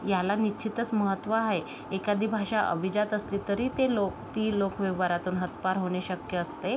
याला निश्चितच महत्त्व आहे एखादी भाषा अभिजात असली तरी ते लोक ती लोकव्यवहारातून हद्दपार होणे शक्य असते